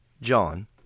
John